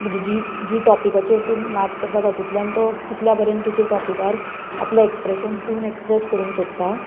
जी जी टॉपिकाचेर तूं नाच करता तातुंतल्यान तो कितल्या परंत तूं त्या टॉपिकार आपले एक्सप्रेशन्स दिवून एक्सप्रेस करूंक सोदता